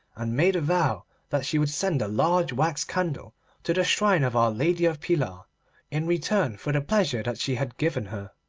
and made a vow that she would send a large wax candle to the shrine of our lady of pilar in return for the pleasure that she had given her.